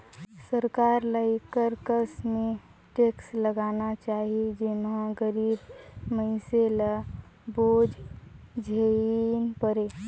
सरकार ल एकर कस में टेक्स लगाना चाही जेम्हां गरीब मइनसे ल बोझ झेइन परे